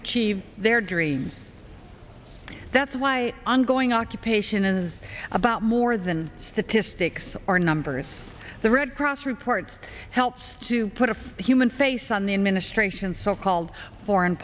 achieve their dreams that's why ongoing occupation is about more than statistics or numbers the red cross reports helps to put a human face on the administration's so called foreign